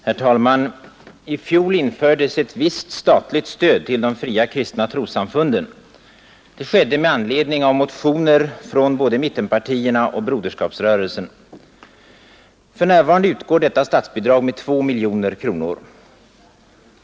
Herr talman! I fjol infördes ett visst statligt stöd till de fria kristna trossamfunden. Det skedde med anledning av motioner från både mittenpartierna och broderskapsrörelsen. För närvarande utgår detta statsbidrag med 2 miljoner kronor.